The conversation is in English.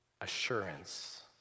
Assurance